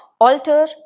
alter